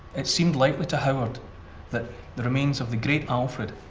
it seemed likely to howard that the remains of the great alfred,